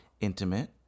intimate